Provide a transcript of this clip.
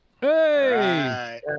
hey